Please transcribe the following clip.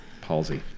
Palsy